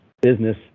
business